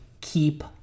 keep